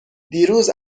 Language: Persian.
دیروز